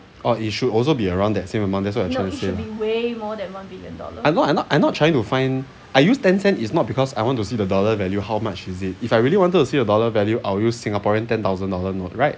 oh it should also be around that same amount that's what ten cent I not I not I not trying to find I use ten cent is not because I want to see the dollar value how much is it if I really wanted to see the dollar value I'll use singaporean ten thousand dollar note right